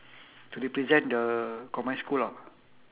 to represent the combined school ah